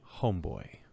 homeboy